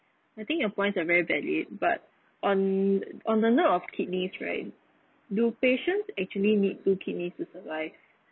I think your points are very valid but on on the note of kidneys right do patient actually need two kidneys to survive